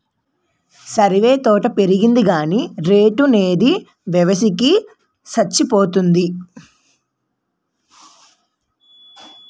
సరేవీ తోట పెరిగింది గాని రేటు నేదు, వేసవి కి సచ్చిపోతాంది